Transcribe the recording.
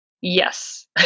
Yes